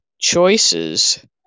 choices